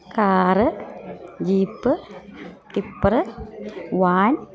car jeep tipper van